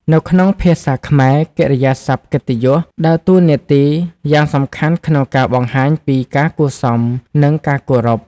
នៅក្នុងភាសាខ្មែរ កិរិយាសព្ទកិត្តិយស ដើរតួនាទីយ៉ាងសំខាន់ក្នុងការបង្ហាញពីការគួរសម និងការគោរព។